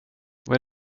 vad